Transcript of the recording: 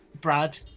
Brad